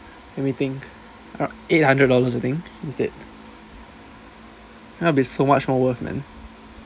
let me think eight hundred dollars I think instead that will be so much more worth man